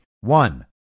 one